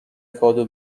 کادو